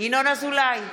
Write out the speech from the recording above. ינון אזולאי,